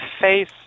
face